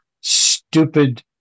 stupid